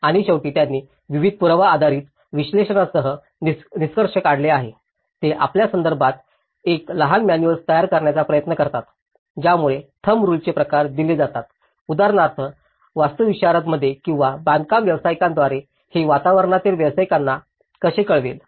आणि शेवटी त्यांनी विविध पुरावा आधारित विश्लेषणासह निष्कर्ष काढले आहेत ते आपल्यासंदर्भात एक लहान मॅनुअल्स तयार करण्याचा प्रयत्न करतात ज्यामुळे थम्ब रुलचे प्रकार दिले जातात उदाहरणार्थ वास्तुविशारदामध्ये किंवा बांधकाम व्यावसायिकांद्वारे हे वातावरणातील व्यावसायिकांना कसे कळवेल